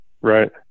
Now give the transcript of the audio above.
Right